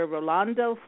Rolando